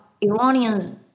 Iranians